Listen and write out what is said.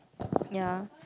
ya